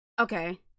okay